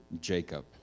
Jacob